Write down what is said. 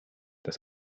das